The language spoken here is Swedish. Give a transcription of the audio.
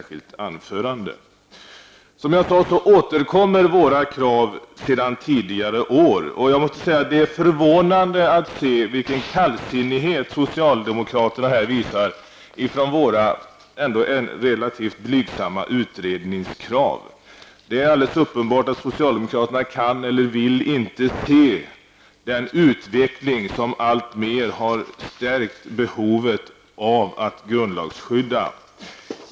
Som jag sade återkommer våra krav från tidigare år. Det är förvånande att se vilken kallsinnighet socialdemokraterna visar våra ändock relativt blygsamma utredningskrav. Det är uppenbart att socialdemokraterna inte kan eller vill se den utveckling som alltmer har stärkt behovet av grundlagsskydd.